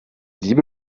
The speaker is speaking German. liebe